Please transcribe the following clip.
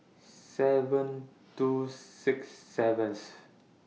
seven two six seventh